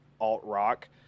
alt-rock